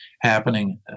happening